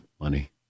money